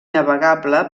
navegable